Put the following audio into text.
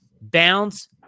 bounce